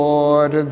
Lord